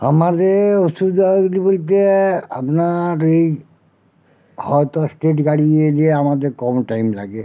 আমাদের অসুবিধাগুলি বলতে আপনার এই হয়তো স্পিড গাড়ি এলে আমাদের কম টাইম লাগে